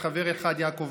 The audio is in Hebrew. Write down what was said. חבר אחד: יעקב מרגי,